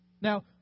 Now